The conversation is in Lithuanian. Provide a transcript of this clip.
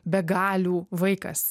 be galių vaikas